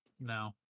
No